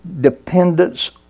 dependence